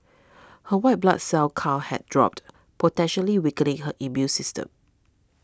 her white blood cell count had dropped potentially weakening her immune system